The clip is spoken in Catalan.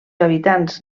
habitants